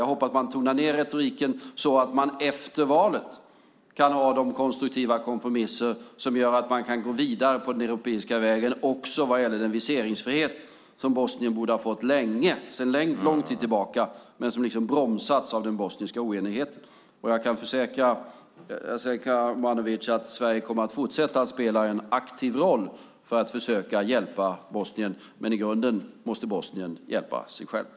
Jag hoppas att man tonar ned retoriken så att man efter valet kan ha de konstruktiva kompromisser som gör att man kan gå vidare på den europeiska vägen också vad gäller den viseringsfrihet som Bosnien borde ha fått sedan länge men som bromsats av den bosniska oenigheten. Jag kan försäkra Jasenko Omanovic att Sverige kommer att fortsätta att spela en aktiv roll för att försöka hjälpa Bosnien, men i grunden måste Bosnien hjälpa sig självt.